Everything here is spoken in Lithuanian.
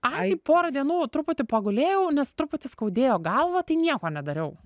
ai tai porą dienų truputį pagulėjau nes truputį skaudėjo galvą tai nieko nedariau